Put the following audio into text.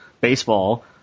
baseball